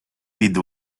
під